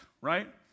right